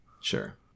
Sure